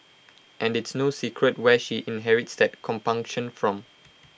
and it's no secret where she inherits that compunction from